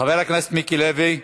חבר הכנסת מיקי לוי,